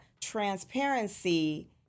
transparency